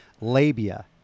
labia